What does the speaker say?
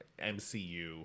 MCU